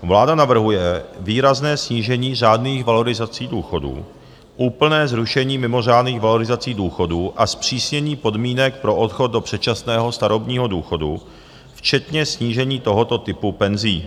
Vláda navrhuje výrazné snížení řádných valorizací důchodů, úplné zrušení mimořádných valorizací důchodů a zpřísnění podmínek pro odchod do předčasného starobního důchodu včetně snížení tohoto typu penzí.